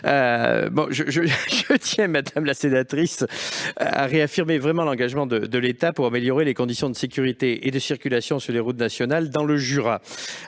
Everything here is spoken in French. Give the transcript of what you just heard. Je tiens, madame la sénatrice, à réaffirmer l'engagement de l'État pour améliorer les conditions de sécurité et de circulation sur les routes nationales dans le Jura.